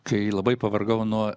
kai labai pavargau nuo